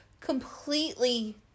completely